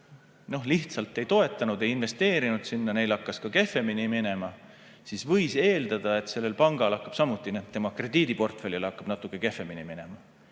lihtsalt ei toetanud ja ei investeerinud sinna, neil hakkas ka kehvemini minema, siis võis eeldada, et sellel pangal, tema krediidiportfellil hakkab natuke kehvemini minema.